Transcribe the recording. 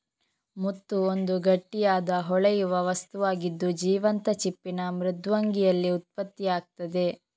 ಮುತ್ತು ಒಂದು ಗಟ್ಟಿಯಾದ, ಹೊಳೆಯುವ ವಸ್ತುವಾಗಿದ್ದು, ಜೀವಂತ ಚಿಪ್ಪಿನ ಮೃದ್ವಂಗಿಯಲ್ಲಿ ಉತ್ಪತ್ತಿಯಾಗ್ತದೆ